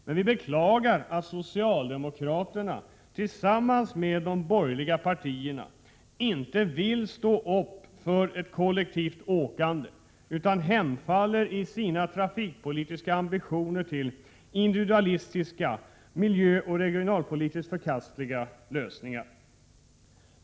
Men vi beklagar att socialdemokraterna tillsammans med de borgerliga inte vill ställa upp för det kollektiva åkandet utan i sina trafikpolitiska ambitioner hemfaller till individuella, miljöoch regionalpolitiskt förkastliga, lösningar.